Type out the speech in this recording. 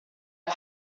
che